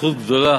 זכות גדולה